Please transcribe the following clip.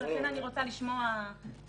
ולכן אני רוצה לשמוע תשובה.